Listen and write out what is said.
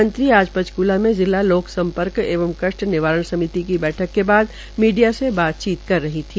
मंत्री आज पंचकूला में जिला लोक सम्पर्क एंवं कष्ट निवारण समिति की बैठक के बाद मीडिया से बातचीत कर रही थी